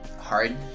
hard